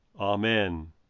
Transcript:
Amen